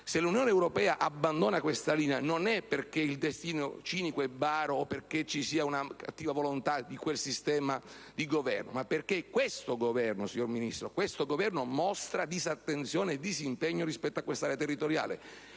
Se l'Unione europea abbandona questa linea non è perché il destino è cinico e baro o vi sia una cattiva volontà di quel sistema di governo, ma perché l'attuale Governo mostra disattenzione e disimpegno rispetto a quest'area territoriale.